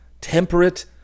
temperate